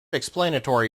explanatory